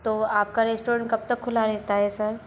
तो आप का रेस्टोरेंट कब तक खुला रहता है सर